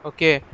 Okay